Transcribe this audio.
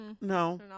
No